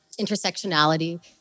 intersectionality